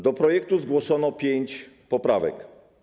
Do projektu zgłoszono pięć poprawek.